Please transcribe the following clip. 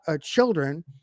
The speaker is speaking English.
children